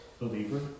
believer